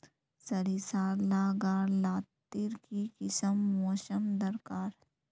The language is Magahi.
सरिसार ला गार लात्तिर की किसम मौसम दरकार?